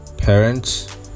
parents